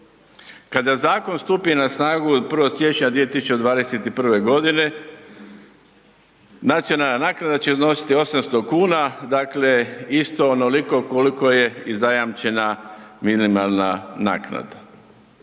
Kada zakon stupi na snagu od 1.siječnja 2021.godine nacionalna naknada će iznositi 800 kuna, dakle isto onoliko koliko je i zajamčena minimalna naknada.